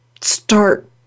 start